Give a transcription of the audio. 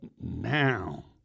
now